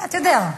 אתה יודע,